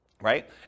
Right